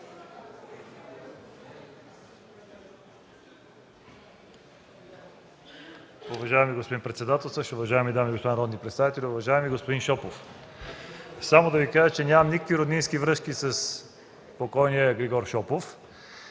Уважаеми господин председателстващ, уважаеми дами и господа народни представители, уважаеми господин Шопов! Само да Ви кажа, че нямам никакви връзки с покойния Григор Шопов.